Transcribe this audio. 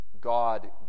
God